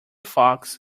fox